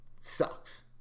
sucks